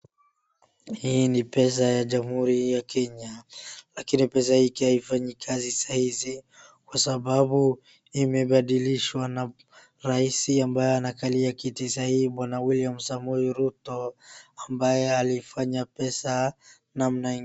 Hii ni pesa ya Jamhuri ya Kenya. Lakini pesa hiki haifanyi kazi saa hizi kwa sababu imebadilishwa na rais ambaye anakalia kiti saa hii Bwana William Samoei Ruto, ambaye alifanya pesa namna.